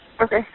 Okay